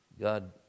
God